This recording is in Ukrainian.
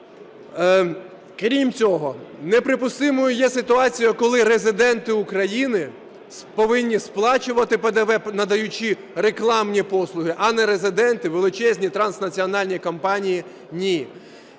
Крім цього, неприпустимою є ситуація, коли резиденти України повинні сплачувати ПДВ, надаючи рекламні послуги, а нерезиденти - величезні транснаціональні компанії - ні.